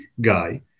guy